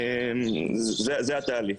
זה התהליך.